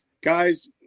guys